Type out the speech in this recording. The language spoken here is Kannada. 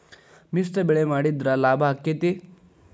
ಮಿಶ್ರ ಬೆಳಿ ಮಾಡಿದ್ರ ಲಾಭ ಆಕ್ಕೆತಿ?